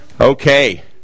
okay